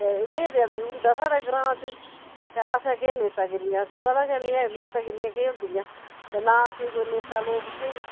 ते देआ देआ बी होंदा साढ़े ग्रांऽ च ते असें केह् नेतागिरियां असें पता गै नी ऐ नेतागिरियां केह् होंदियां ते नां असें कोई नेता लोक सेही